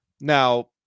now